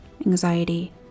anxiety